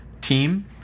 team